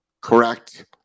correct